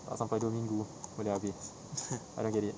tak sampai dua minggu boleh habis I don't get it